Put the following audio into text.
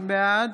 בעד